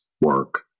work